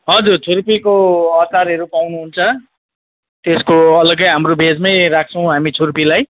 हजुर छुर्पीको अचारहरू पाउनु हुन्छ त्यसको अलग्गै हाम्रो भेजमै राख्छौँ हामी छुर्पीलाई